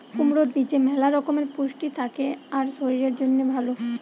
কুমড়োর বীজে ম্যালা রকমের পুষ্টি থাকে আর শরীরের জন্যে ভালো